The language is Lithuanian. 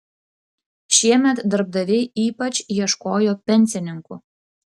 šiemet darbdaviai ypač ieškojo pensininkų